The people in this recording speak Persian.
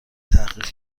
تحقیق